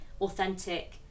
authentic